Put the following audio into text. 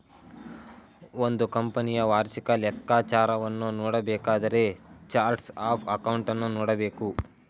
ಒಂದು ಕಂಪನಿಯ ವಾರ್ಷಿಕ ಲೆಕ್ಕಾಚಾರವನ್ನು ನೋಡಬೇಕಾದರೆ ಚಾರ್ಟ್ಸ್ ಆಫ್ ಅಕೌಂಟನ್ನು ನೋಡಬೇಕು